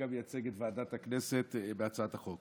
אבל כרגע אני מייצג את ועדת הכנסת בהצעת החוק.